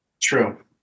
True